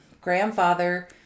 grandfather